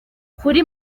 kuri